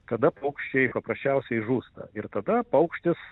kada paukščiai paprasčiausiai žūsta ir tada paukštis